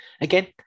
again